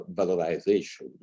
valorization